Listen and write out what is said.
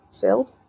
filled